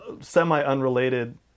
semi-unrelated